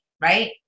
right